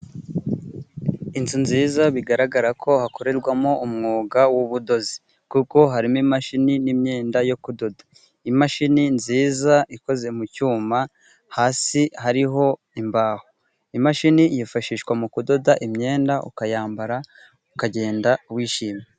Inzu nziza, bigaragara ko hakorerwamo, umwuga wubudozi. Kuko harimo imashini, n'imyenda yo kudoda. Imashini nziza, ikoze mu cyuma hasi hariho imbaho. Imashini yifashishwa mu kudoda imyenda, ukayambara ukagenda wishimye.